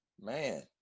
man